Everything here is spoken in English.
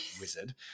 wizard